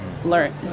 learn